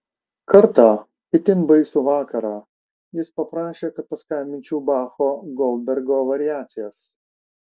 kartą itin baisų vakarą jis paprašė kad paskambinčiau bacho goldbergo variacijas